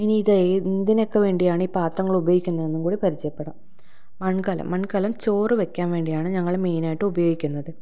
ഇനി ഇത് എന്തിനൊക്കെ വേണ്ടിയാണ് ഈ പാത്രങ്ങൾ ഉപയോഗിക്കുന്നതെന്നു കൂടി പരിചയപ്പെടാം മൺകലം മൺകലം ചോറ് വെക്കാൻ വേണ്ടിയാണ് ഞങ്ങൾ മെയിനായിട്ട് ഉപയോഗിക്കുന്നത്